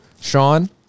Sean